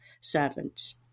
servants